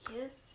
Yes